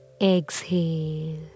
Exhale